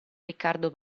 riccardo